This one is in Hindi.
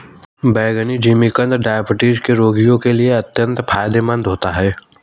बैंगनी जिमीकंद डायबिटीज के रोगियों के लिए अत्यंत फायदेमंद होता है